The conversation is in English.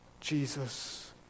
Jesus